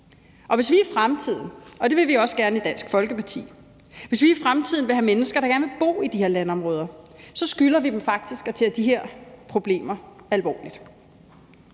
gerne vil have – og det vil vi også gerne i Dansk Folkeparti – at der er mennesker, der gerne vil bo i de her landområder, så skylder vi dem faktisk også at tage de her problemer alvorligt.